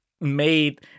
made